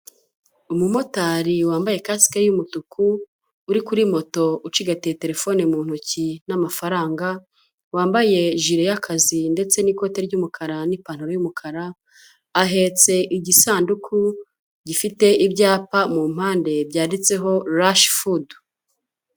Umumotari wambaye kasike y'umutuku, uri kuri moto ucigatiye telefone mu ntoki, n'amafaranga, wambaye ijire y'akazi ndetse n'ikote ry'umukara n'ipantaro y'umukara, ahetse igisanduku gifite ibyapa mu mpande byanditseho rashi fudu.